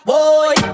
Boy